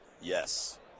Yes